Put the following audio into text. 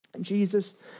Jesus